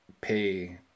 pay